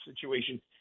situation